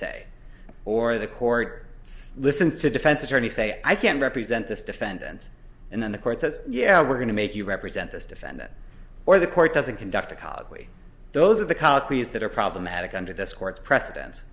say or the court listen to defense attorney say i can't represent this defendant and then the court says yeah we're going to make you represent this defendant or the court doesn't conduct a colloquy those are the copies that are problematic under this court's preceden